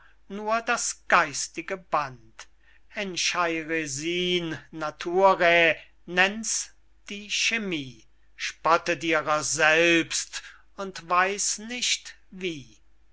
nur das geistige band encheiresin naturae nennt's die chimie spottet ihrer selbst und weiß nicht wie